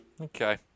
Okay